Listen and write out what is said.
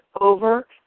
over